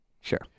Sure